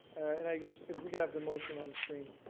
and i guess if we could have the motion on the screen.